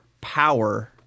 power